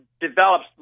develops